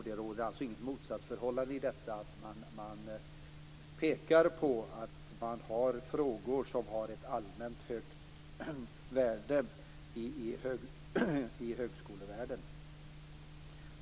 Det är alltså inget motsatsförhållande i att man pekar på att man har frågor som har ett allmänt högt värde i högskolevärlden.